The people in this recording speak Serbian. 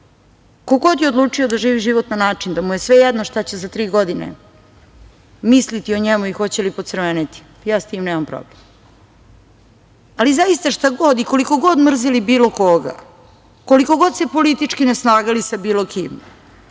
god je odlučio da živi život na način da mu je svejedno šta će za tri godine misliti o njemu i hoće li pocrveneti, ja s tim nemam problem, ali zaista, šta god i koliko god mrzili bilo koga, koliko god se politički ne slagali sa bilo kim,